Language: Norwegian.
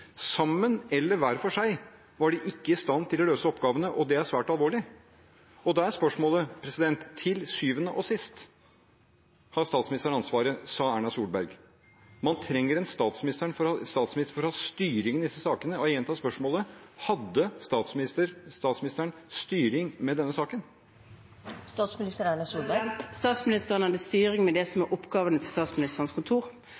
Sammen eller hver for seg var de ikke i stand til å løse oppgavene, og det er svært alvorlig. Til syvende og sist har statsministeren ansvaret, sa Erna Solberg. Man trenger en statsminister for å ha styring med disse sakene, og jeg gjentar spørsmålet: Hadde statsministeren styring med denne saken? Statsministeren hadde styring med det som er oppgavene til Statsministerens kontor,